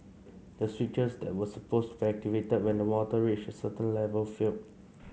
the switches that were supposed activated when the water reached certain level failed